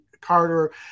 Carter